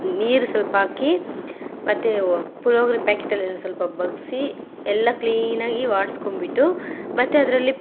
ನೀರು ಸ್ವಲ್ಪ ಹಾಕಿ ಮತ್ತು ಪುಳಿಯೋಗ್ರೆ ಪ್ಯಾಕೆಟಲ್ಲಿರೋದು ಸ್ವಲ್ಪ ಬಗ್ಗಿಸಿ ಎಲ್ಲ ಕ್ಲೀನಾಗಿ ಬಾಡ್ಸ್ಕೊಂಬಿಟ್ಟು ಮತ್ತೆ ಅದರಲ್ಲಿ